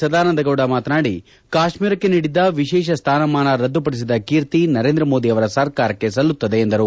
ಸದಾನಂದಗೌಡ ಮಾತನಾಡಿ ಕಾಶ್ಮೀರಕ್ಕೆ ನೀಡಿದ್ದ ವಿಶೇಷ ಸ್ಥಾನಮಾನ ರದ್ದುಪಡಿಸಿದ ಕೀರ್ತಿ ನರೇಂದ್ರ ಮೋದಿ ಅವರ ಸರ್ಕಾರಕ್ಕೆ ಸಲ್ಲುತ್ತದೆ ಎಂದರು